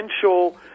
potential